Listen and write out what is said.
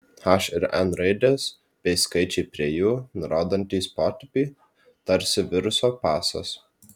h ir n raidės bei skaičiai prie jų nurodantys potipį tarsi viruso pasas